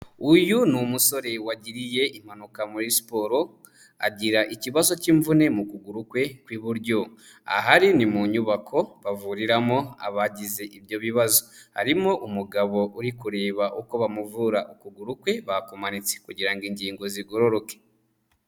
Uyu ni umusore wagiriye impanuka muri siporo, agira ikibazo cy'imvune mu kuguru kwe kw'iburyo. Aha ari ni mu nyubako bavuriramo abagize ibyo bibazo. Harimo umugabo uri kureba uko bamuvura ukuguru kwe bakumanitse kugira ngo ingingo zigororoke.